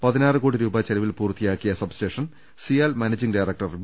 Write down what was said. പതിനാറ് കോടി രൂപ ചെലവിൽ പൂർത്തിയാക്കിയ substation CIAL managing director V